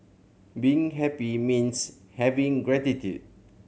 being happy means having gratitude